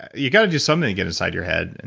you got to do something to get inside your head, and